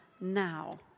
Now